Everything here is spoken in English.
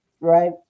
right